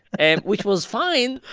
and which was fine.